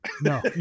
no